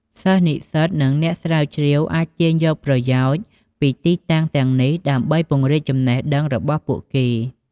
សិស្ស និស្សិត និងអ្នកស្រាវជ្រាវអាចទាញយកប្រយោជន៍ពីទីតាំងទាំងនេះដើម្បីពង្រីកចំណេះដឹងរបស់ពួកគេ។